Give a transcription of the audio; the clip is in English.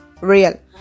real